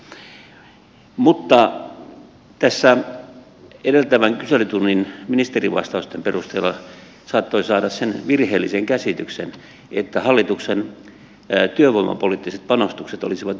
mutta tässä edeltävän kyselytunnin ministerivastausten perusteella saattoi saada sen virheellisen käsityksen että hallituksen työvoimapoliittiset panostukset olisivat nyt moninkertaiset